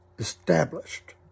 Established